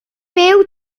byw